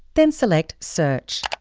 then select search.